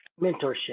Mentorship